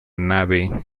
nave